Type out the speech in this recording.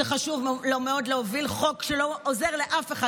שחשוב לו מאוד להוביל חוק שלא עוזר לאף אחד,